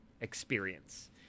experience